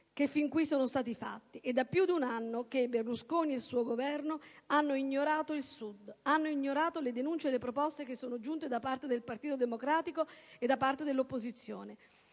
che fin qui sono stati compiuti. È da più di un anno che Berlusconi e il suo Governo hanno ignorato il Sud, così come hanno ignorato le denunce e le proposte giunte dal Partito Democratico e dall'opposizione.